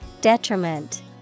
Detriment